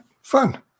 fun